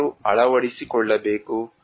ಯಾರು ಅಳವಡಿಸಿಕೊಳ್ಳಬೇಕು